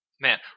Man